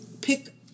pick